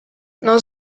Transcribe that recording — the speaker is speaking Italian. non